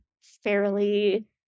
fairly